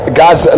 guys